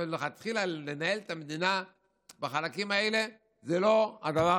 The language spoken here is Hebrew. אבל מלכתחילה לנהל את המדינה בחלקים האלה זה לא הדבר